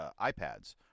iPads